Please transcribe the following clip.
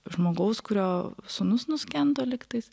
žmogaus kurio sūnus nuskendo lygtais